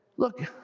Look